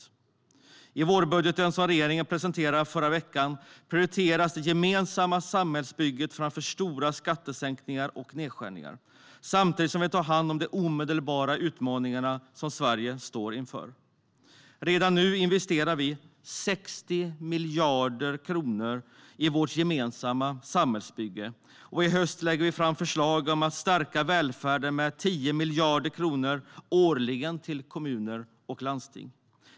I den vårbudget som regeringen presenterade i förra veckan prioriteras det gemensamma samhällsbygget framför stora skattesänkningar och nedskärningar, samtidigt som vi tar hand om de omedelbara utmaningar som Sverige står inför. Redan nu investerar vi 60 miljarder kronor i vårt gemensamma samhällsbygge, och i höst lägger vi fram förslag om att stärka välfärden med 10 miljarder kronor årligen till kommuner och landsting.